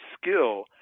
skill